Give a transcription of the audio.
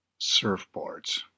surfboards